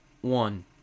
One